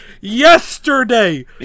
yesterday